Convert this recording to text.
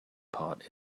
part